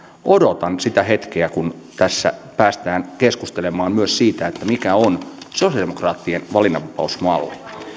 odotan sitä hetkeä kun tässä päästään keskustelemaan myös siitä mikä on sosialidemokraattien valinnanvapausmalli